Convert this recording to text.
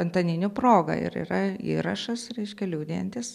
antaninių proga ir yra įrašas reiškia liudijantys